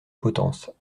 potence